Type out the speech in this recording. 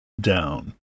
down